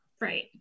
right